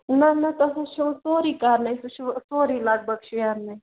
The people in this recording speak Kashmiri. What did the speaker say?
نہَ نہَ تۅہہِ حظ چھُو سورُے کَرنَے سُہ چھُ سورُے لگ بھگ شیرنٕے